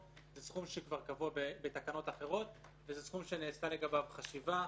זה סכום שקבוע כבר בתקנות אחרות וזה סכום שנעשתה לגביו חשיבה.